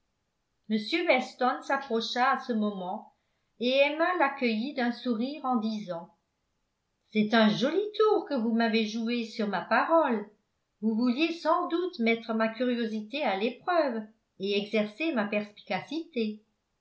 m weston s'approcha à ce moment et emma l'accueillit d'un sourire en disant c'est un joli tour que vous m'avez joué sur ma parole vous vouliez sans doute mettre ma curiosité à l'épreuve et exercer ma perspicacité